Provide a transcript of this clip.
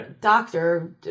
Doctor